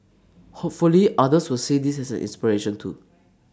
hopefully others will see this as an inspiration too